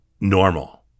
normal